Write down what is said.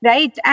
Right